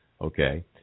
Okay